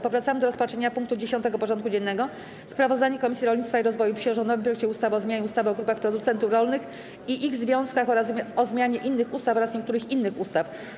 Powracamy do rozpatrzenia punktu 10. porządku dziennego: Sprawozdanie Komisji Rolnictwa i Rozwoju Wsi o rządowym projekcie ustawy o zmianie ustawy o grupach producentów rolnych i ich związkach oraz o zmianie innych ustaw oraz niektórych innych ustaw.